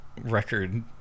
record